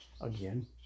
Again